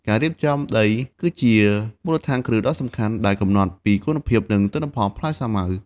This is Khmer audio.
ការរៀបចំដីគឺជាមូលដ្ឋានគ្រឹះដ៏សំខាន់ដែលកំណត់ពីគុណភាព និងទិន្នផលផ្លែសាវម៉ាវ។